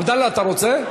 עבדאללה, אתה רוצה?